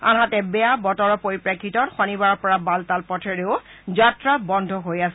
আনহাতে বেযা বতৰৰ পৰিপ্ৰেক্ষিতত শনিবাৰৰ পৰা বালতাল পথেৰেও যাত্ৰা বন্ধ হৈ আছিল